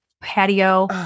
patio